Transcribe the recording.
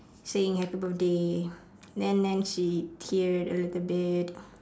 saying happy birthday then then she teared a little bit